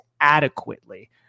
adequately